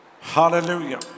hallelujah